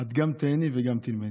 את גם תיהני וגם תלמדי.